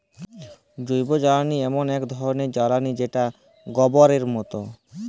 জৈবজ্বালালি এমল এক ধরলের জ্বালালিযেটা গবরের মত